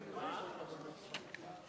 נתקבל.